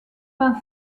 vingt